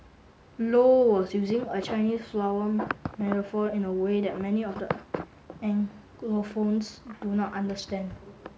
low was using a Chinese flower metaphor in a way that many of the Anglophones do not understand